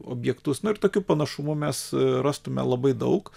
objektus na ir tokių panašumų mes rastume labai daug